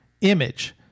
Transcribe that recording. image